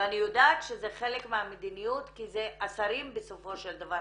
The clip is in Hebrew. ואני יודעת שזה חלק מהמדיניות כי השרים בסופו של דבר